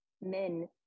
men